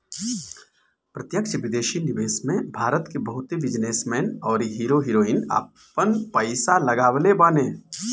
प्रत्यक्ष विदेशी निवेश में भारत के बहुते बिजनेस मैन अउरी हीरो हीरोइन आपन पईसा लगवले बाने